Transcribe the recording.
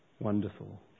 wonderful